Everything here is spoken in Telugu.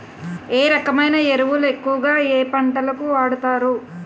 ఏ రకమైన ఎరువులు ఎక్కువుగా ఏ పంటలకు వాడతారు?